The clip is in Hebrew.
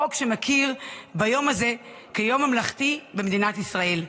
חוק שמכיר ביום הזה כיום ממלכתי במדינת ישראל.